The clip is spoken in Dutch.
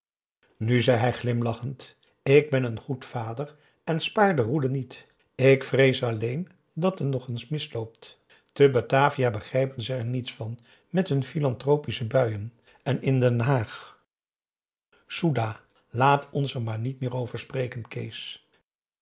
nu zei hij glimlachend ik ben een goed vader en spaar de roede niet ik vrees alleen dat het nog eens misloopt te batavia begrijpen ze er niets van met hun philantropische buien en in den haag soedah laat ons er maar niet meer over spreken kees